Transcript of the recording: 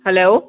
hello